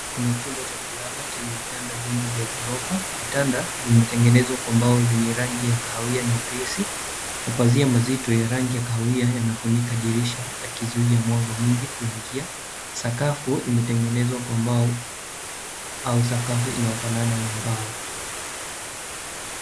Kuna chumba cha kulala chenye vitanda vingi vya ghorofa. Vitanda vimetegenezwa kwa mbao zenye rangi ya kahawia nyepesi. Mapazia mazito ya rangi ya kahawia yamefunika dirisha yakizuia mwanga mwingi kuingia. Sakafu imetegenezwa kwa mbao au sakafu inafanana na mbao.